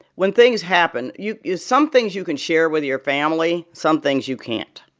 when things happen, you you some things you can share with your family some things you can't,